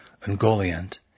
Ungoliant